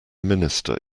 minister